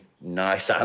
nice